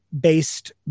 based